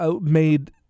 made